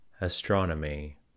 Astronomy